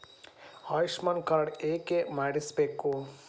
Ayushman card ಯಾಕೆ ಮಾಡಿಸಬೇಕು?